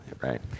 right